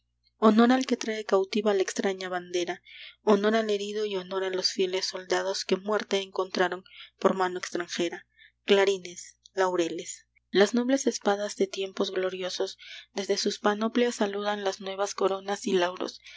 honor al que trae cautiva la extraña bandera honor al herido y honor a los fieles soldados que muerte encontraron por mano extranjera clarines laureles las nobles espadas de tiempos gloriosos desde sus panoplias saludan las nuevas coronas y lauros